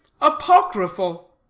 apocryphal